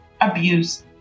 abuse